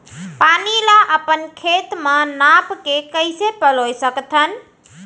पानी ला अपन खेत म नाप के कइसे पलोय सकथन?